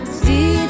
see